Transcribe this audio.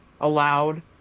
allowed